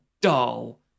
dull